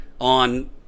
on